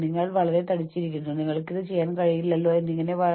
അല്ലെങ്കിൽ ആരോ മരിച്ചിരിക്കുന്നുവെങ്കിലും അത് ഞാൻ ചെയ്യുന്ന ജോലിയിൽ ബാധിക്കും